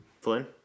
Flynn